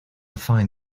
find